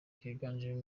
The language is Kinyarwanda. kiganjemo